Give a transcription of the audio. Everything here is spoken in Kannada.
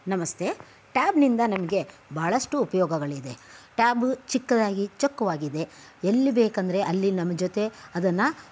ನಮಸ್ತೆ ಟ್ಯಾಬ್ನಿಂದ ನಮಗೆ ಬಹಳಷ್ಟು ಉಪಯೋಗಗಳು ಇದೆ ಟ್ಯಾಬ್ ಚಿಕ್ಕದಾಗಿ ಚೊಕ್ಕವಾಗಿದೆ ಎಲ್ಲಿ ಬೇಕೆಂದರೆ ಅಲ್ಲಿ ನಮ್ಮ ಜೊತೆ ಅದನ್ನು